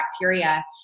bacteria